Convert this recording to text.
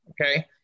okay